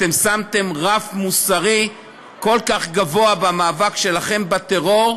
אתם שמתם רף מוסרי כל כך גבוה במאבק שלכם בטרור,